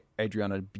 Adriana